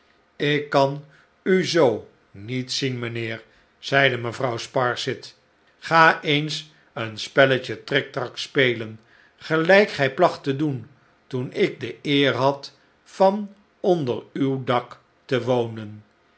ik kan u zoo niet zien mijnheer zeide mevrouw sparsit ga eeris een spelletje triktrak spelen gelijk gij placht te doen toen ik de eer had van onder uw dak te wonen